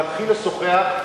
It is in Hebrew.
מתחיל לשוחח,